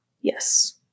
Yes